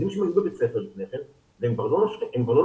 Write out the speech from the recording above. בבית ספר לפני כן והם כבר לא לומדים.